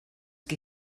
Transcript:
qui